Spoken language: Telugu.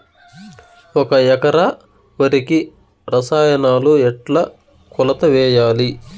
ఒక ఎకరా వరికి రసాయనాలు ఎట్లా కొలత వేయాలి?